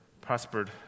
prospered